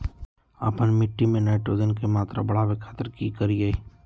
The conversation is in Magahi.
आपन मिट्टी में नाइट्रोजन के मात्रा बढ़ावे खातिर की करिय?